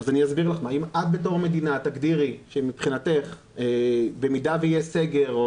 אם את בתור מדינה תגדירי שמבחינתך במידה ויהיה סגר,